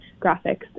graphics